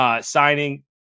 signing